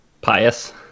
pious